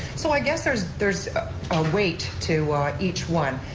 so i guess there's there's a weight to each one,